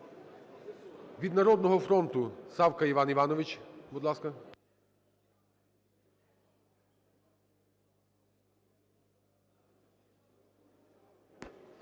Від "Народного фронту" Савка Іван Іванович. Будь ласка.